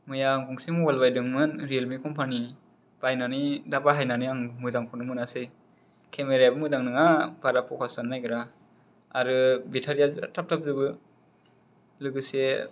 मैया आं गंसे मबाइल बायदोंमोन रियेलमि कमपानिनि बायनानै दा बाहायनानै आं मोजांखौनो मोनासै केमेरायाबो मोजां नङा बारा फ'कास जानो नागिरा आरो बेतारिया बिराद थाब थाब जोबो लोगोसे